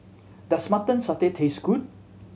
does Mutton Satay taste good